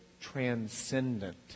transcendent